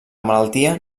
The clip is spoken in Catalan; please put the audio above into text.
malaltia